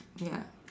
ya